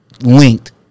linked